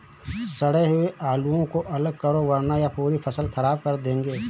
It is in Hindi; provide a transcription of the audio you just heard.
सड़े हुए आलुओं को अलग करो वरना यह पूरी फसल खराब कर देंगे